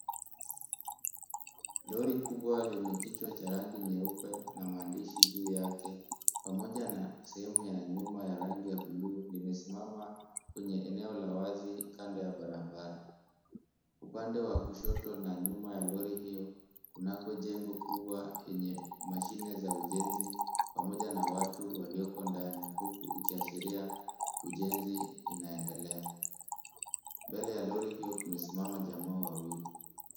Lori kubwa lenye kichwa cha rangi nyeupe na maandishi juu yake, pamoja na sehemu ya nyuma ya rangi ya buluu, limesimama kwenye eneo la wazi kando ya barabara. Upande wa kushoto na nyuma ya lori hiyo, kunako jengo kubwa yenye mashine za ujenzi pamoja na watu walioko ndani, huku ikiashiria ujenzi inaendelea. Mbele ya lori hiyo kumesimama jamaa wawili.